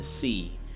see